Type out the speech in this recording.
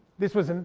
this was, and